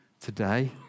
today